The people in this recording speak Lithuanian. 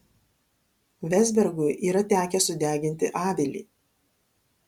vezbergui yra tekę sudeginti avilį